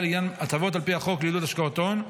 לעניין הטבות על פי החוק לעידוד השקעות הון.